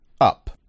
up